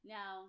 Now